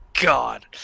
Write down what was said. god